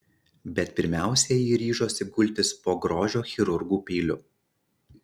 bet pirmiausia ji ryžosi gultis po grožio chirurgų peiliu